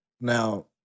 Now